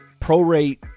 prorate